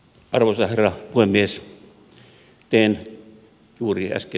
arvoisa herra puhemies